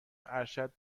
ارشد